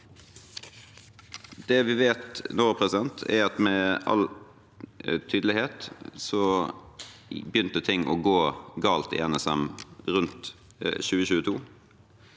Det vi vet nå, er at med all tydelighet begynte ting å gå galt i NSM rundt 2022.